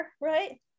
right